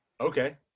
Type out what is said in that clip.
okay